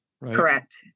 Correct